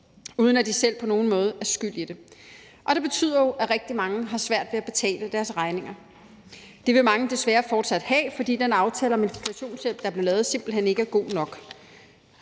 uden at de selv på nogen måde er skyld i det. Det betyder jo, at rigtig mange har svært ved at betale deres regninger. Det vil mange desværre fortsat have, fordi den aftale om inflationshjælp, der blev lavet, simpelt hen ikke er god nok.